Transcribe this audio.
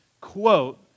quote